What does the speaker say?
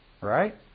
right